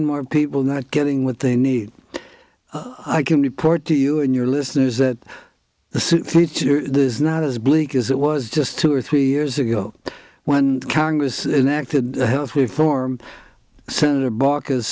and more people not getting what they need i can report to you and your listeners that this is not as bleak as it was just two or three years ago when congress enacted health reform senator ba